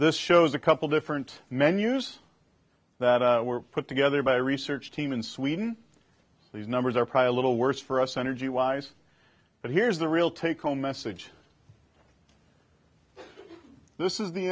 this shows a couple different menus that were put together by a research team in sweden these numbers are probably a little worse for us energy wise but here's the real take home message this is the